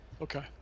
Okay